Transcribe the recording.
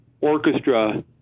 orchestra